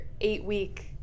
eight-week